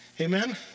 Amen